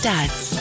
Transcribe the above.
Dads